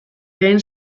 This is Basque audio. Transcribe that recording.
lehen